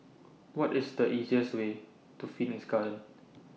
What IS The easiest Way to Phoenix Garden